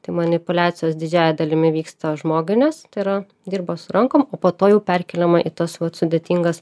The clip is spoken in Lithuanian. tai manipuliacijos didžiąja dalimi vyksta žmoginės tai yra dirba su rankom o po to jau perkeliama į tas sudėtingas